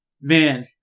man